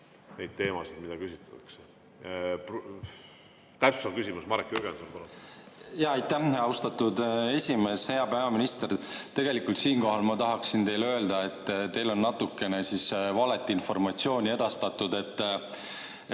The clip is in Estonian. teemasid, mida küsitakse. Täpsustav küsimus, Marek Jürgenson,